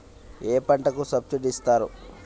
ఏ పంటకు సబ్సిడీ ఇస్తారు?